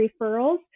referrals